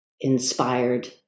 inspired